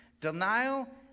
Denial